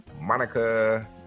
Monica